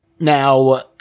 Now